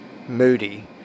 Moody